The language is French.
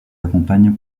accompagne